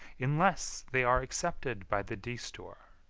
unless they are accepted by the destour,